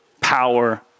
power